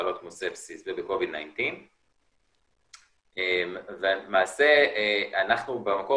במחלות כמו ספסיס ו- 19-COVID ולמעשה אנחנו במקור